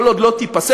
כל עוד לא תיפסק,